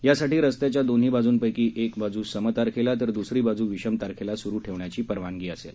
यासाठी रस्त्याच्या दोन्ही बाजुंपैकी एक बाजू सम तारखेला तर दुसरी बाजू विषम तारखेला सुरु ठेवण्याची परवानगी असेल